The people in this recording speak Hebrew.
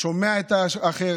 שומע את האחר,